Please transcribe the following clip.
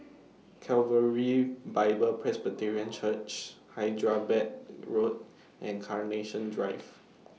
Calvary Bible Presbyterian Church Hyderabad Road and Carnation Drive